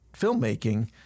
filmmaking